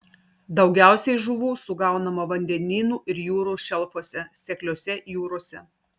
daugiausiai žuvų sugaunama vandenynų ir jūrų šelfuose sekliose jūrose